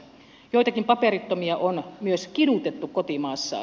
joitakin paperittomia on myös kidutettu kotimaassaan